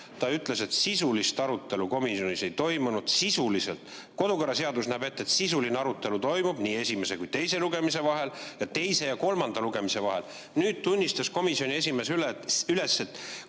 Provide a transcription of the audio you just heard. Ta ütles, et sisulist arutelu komisjonis ei toimunud. Kodukorraseadus näeb ette, et sisuline arutelu toimub nii esimese ja teise lugemise vahel kui ka teise ja kolmanda lugemise vahel. Nüüd tunnistas komisjoni esimees üles, et